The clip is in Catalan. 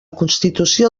constitució